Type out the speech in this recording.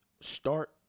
start